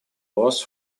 was